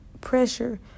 pressure